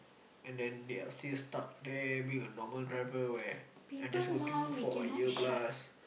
and then they are still stuck there being a normal driver where I just working for a year plus